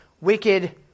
wicked